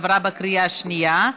עברה בקריאה שנייה.